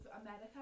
America